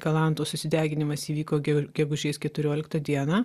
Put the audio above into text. kalantos susideginimas įvyko gegužės keturioliktą dieną